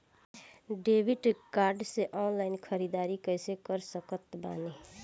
Debit card से online ख़रीदारी कैसे कर सकत बानी?